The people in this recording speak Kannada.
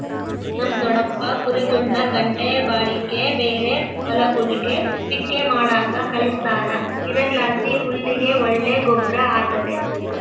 ನಮ್ ದೊಡಪ್ಪ ಕುರಿಗುಳ್ನ ಗಂಟೆ ಬಾಡಿಗ್ಗೆ ಬೇರೇರ್ ಹೊಲಗುಳ್ಗೆ ಪಿಕ್ಕೆ ಮಾಡಾಕ ಕಳಿಸ್ತಾರ ಇದರ್ಲಾಸಿ ಹುಲ್ಲಿಗೆ ಒಳ್ಳೆ ಗೊಬ್ರ ಆತತೆ